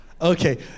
Okay